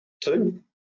two